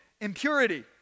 impurity